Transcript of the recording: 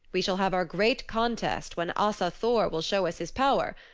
we shall have our great contest when asa thor will show us his power.